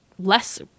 less